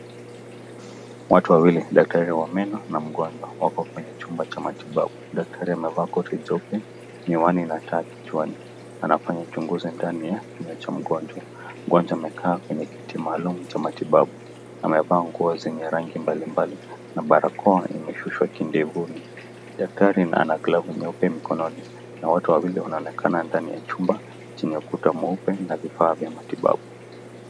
Watu wawili dakitari wa meno na mgonjwa, wako kwenye chumba cha matibabu. Dakitari amevaa koti jeupe miwani na taa kichwani, anafanya uchunguzi ndani ya kinywa cha mgonjwa. Mgonjwa amekaa kwenye kiti maalumu cha matibabu, amevaa nguo zenye rangi mbalimbali na barakoa imeshushwa kidevuni. Dakitari ana glavu nyeupe mikononi, na wote wawili wanaonekana ndani ya chumba chenye ukuta mweupe na vifaa vya matibabu.